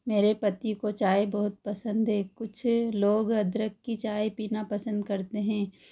मेरे पति को चाय बहुत पसंद है कुछ लोग अदरक की चाय पीना पसंद करते हैं